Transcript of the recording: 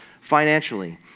financially